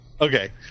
Okay